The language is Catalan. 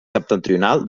septentrional